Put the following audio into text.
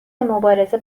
مبارزه